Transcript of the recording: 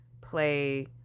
play